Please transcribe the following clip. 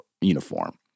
uniform